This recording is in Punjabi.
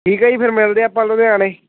ਠੀਕ ਆ ਜੀ ਫਿਰ ਮਿਲਦੇ ਆ ਆਪਾਂ ਲੁਧਿਆਣੇ